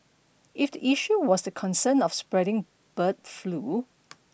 if the issue was concern of spreading bird flu